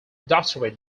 doctorate